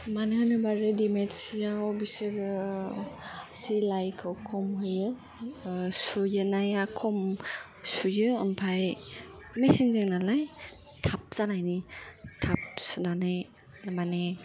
मानो होनोबा रेडिमेड सिआव बिसोरो सिलायखौ खम होयो सुनाया खम सुयो ओमफ्राय मेशिनजों नालाय थाब जानायनि थाब सुनानै मानि